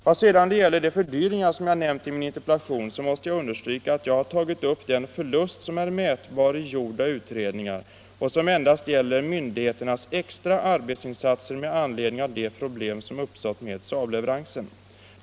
Vad sedan gäller de fördyringar, som jag nämnt i min interpellation, måste jag understryka att jag har tagit upp den förlust som är mätbar i gjorda utredningar och som endast gäller myndigheternas extra arbetsinsatser med anledning av de problem som uppstått med Saableveransen.